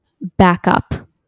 backup